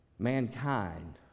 mankind